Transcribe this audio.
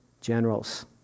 generals